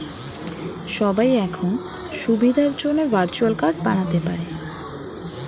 সবাই এখন সুবিধার জন্যে ভার্চুয়াল কার্ড বানাতে পারে